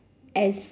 as